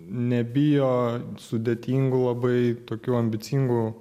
nebijo sudėtingų labai tokių ambicingų